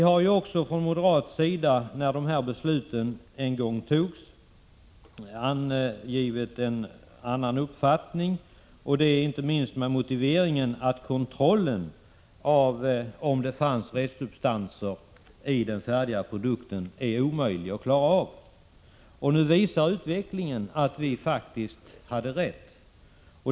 När beslutet en gång fattades angav vi också från moderat sida en annan uppfattning, inte minst med motiveringen att kontrollen av om det finns restsubstanser i den färdiga produkten är omöjlig att klara av. Nu visar utvecklingen att vi faktiskt hade rätt.